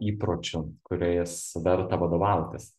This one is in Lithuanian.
įpročių kuriais verta vadovautis